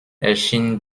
erschien